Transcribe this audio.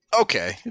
Okay